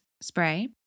spray